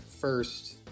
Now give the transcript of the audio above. first